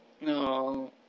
No